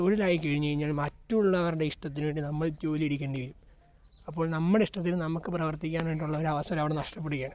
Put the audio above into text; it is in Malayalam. തൊഴിലായി കഴിഞ്ഞ് കഴിഞ്ഞാൽ മറ്റുള്ളവരുടെ ഇഷ്ടത്തിന് വേണ്ടി നമ്മൾ ജോലി എടുക്കേണ്ടി വരും അപ്പോൾ നമ്മുടെ ഇഷ്ടത്തിന് നമ്മൾക്ക് പ്രവർത്തിക്കാനായിട്ട് ഉള്ളൊരു അവവസരം അവിടെ നഷ്ടപ്പെടുകയാണ്